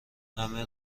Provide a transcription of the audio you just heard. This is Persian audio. همه